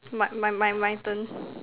my my my my turn